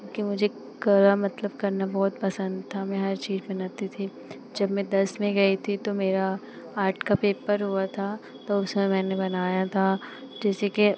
क्योंकि मुझे कला मतलब करना बहुत पसन्द था मैं हर चीज़ बनाती थी जब मैं दस में गई थी तो मेरा आर्ट का पेपर हुआ था तो उसमें मैंने बनाया था जैसे कि